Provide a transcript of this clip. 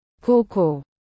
COCO